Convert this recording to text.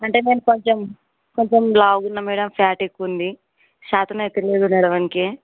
అంటే నేను కొంచెం కొంచెం లావుగా ఉన్నా మ్యాడమ్ ఫ్యాట్ ఎక్కువ ఉంది చేతనైతే లేదు నడవడానికి